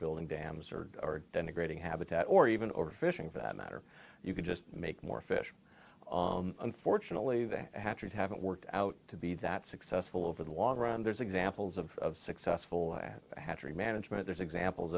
building dams or or denigrating habitat or even or fishing for that matter you could just make more fish unfortunately that hatches haven't worked out to be that successful over the long run there's examples of successful at hatchery management there's examples